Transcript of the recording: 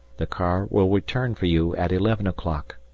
the car will return for you at eleven o'clock.